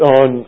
on